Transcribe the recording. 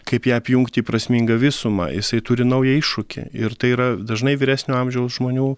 kaip ją apjungti į prasmingą visumą jisai turi naują iššūkį ir tai yra dažnai vyresnio amžiaus žmonių